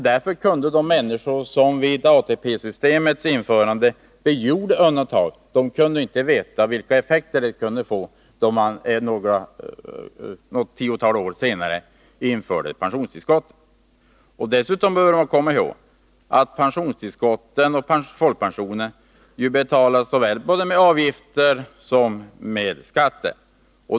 Därför kunde de människor som vid ATP-systemets införande begärde undantag inte veta vilka effekter detta skulle få då man något tiotal år senare införde pensionstillskotten. Dessutom bör man komma ihåg att pensionstillskotten och folkpensionen betalas såväl med avgifter som med skatter.